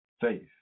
Faith